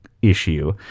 issue